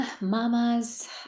mamas